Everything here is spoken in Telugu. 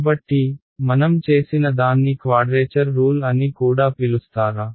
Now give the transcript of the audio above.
కాబట్టి మనం చేసిన దాన్ని క్వాడ్రేచర్ రూల్ అని కూడా పిలుస్తారా